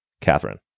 Catherine